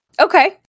okay